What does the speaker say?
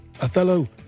Othello